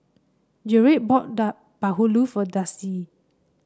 Jarret bought bahulu for Darcie